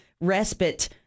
respite